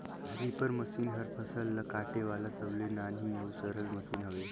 reaper machine हर फसल ल काटे वाला सबले नान्ही अउ सरल मसीन हवे